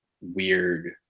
weird